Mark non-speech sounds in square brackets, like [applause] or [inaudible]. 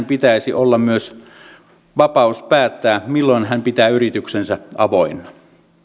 [unintelligible] pitäisi olla myös vapaus päättää milloin hän pitää yrityksensä avoinna